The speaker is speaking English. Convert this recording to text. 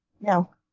No